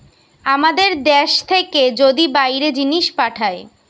আমাদের দ্যাশ থেকে যদি বাইরে জিনিস পাঠায়